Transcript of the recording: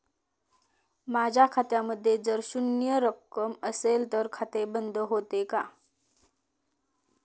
माझ्या खात्यामध्ये जर शून्य रक्कम असेल तर खाते बंद होते का?